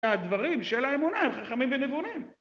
הדברים של האמונה, הם חכמים ונבונים.